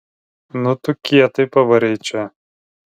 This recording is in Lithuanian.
nu tu kietai pavarei čia